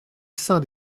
saint